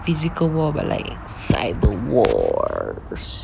physical war but like cyber wars